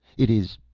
it is,